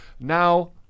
Now